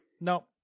No